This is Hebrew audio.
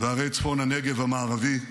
וערי צפון הנגב המערבי.